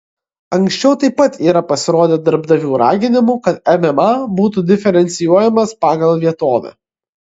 anksčiau taip pat yra pasirodę darbdavių raginimų kad mma būtų diferencijuojamas pagal vietovę